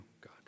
God